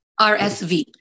RSV